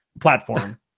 platform